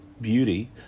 beauty